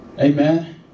Amen